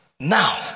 Now